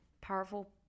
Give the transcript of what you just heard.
powerful